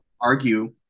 argue